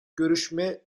görüşme